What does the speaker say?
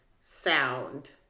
sound